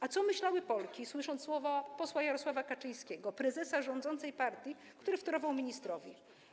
A co myślały Polki, słysząc słowa posła Jarosława Kaczyńskiego, prezesa rządzącej partii, który wtórował ministrowi: